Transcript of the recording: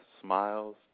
smiles